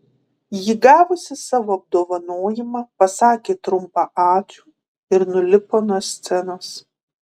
ji gavusi savo apdovanojimą pasakė trumpą ačiū ir nulipo nuo scenos